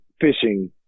fishing